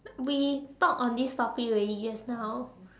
we talk on this topic already just now